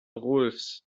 rohlfs